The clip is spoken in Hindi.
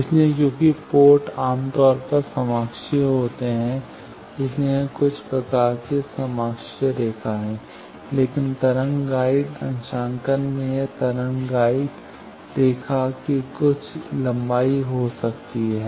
इसलिए चूंकि पोर्ट आम तौर पर समाक्षीय होते हैं संदर्भ समय 0830 इसलिए यह कुछ प्रकार के समाक्षीय संदर्भ समय 0834 रेखा है लेकिन तरंग गाइड अंशांकन में यह तरंग गाइड रेखा की कुछ लंबाई हो सकती है